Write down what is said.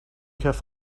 have